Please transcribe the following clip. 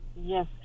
Yes